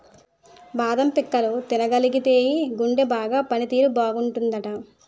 బాదం పిక్కలు తినగలిగితేయ్ గుండె బాగా పని తీరు బాగుంటాదట